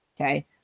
Okay